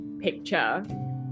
picture